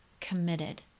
committed